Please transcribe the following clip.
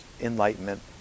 enlightenment